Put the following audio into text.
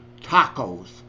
tacos